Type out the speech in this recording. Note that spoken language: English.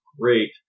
great